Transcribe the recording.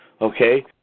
okay